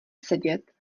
sedět